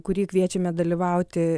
kurį kviečiame dalyvauti